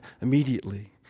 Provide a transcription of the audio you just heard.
immediately